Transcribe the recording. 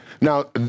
Now